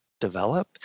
develop